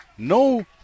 No